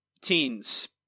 teens